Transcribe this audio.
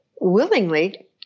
willingly